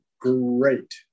great